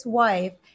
wife